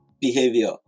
behavior